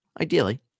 Ideally